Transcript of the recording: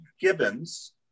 Gibbons